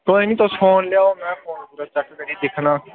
कोई नेईं तुस फोन लेई आओ मैं फोन उप्परा चेक करियै दिक्खनां